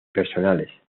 personales